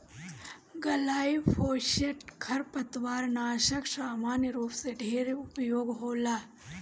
glyphosate खरपतवारनाशक सामान्य रूप से ढेर उपयोग होला